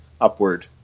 upward